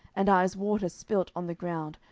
and are as water spilt on the ground,